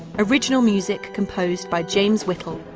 original music composed by james whittle.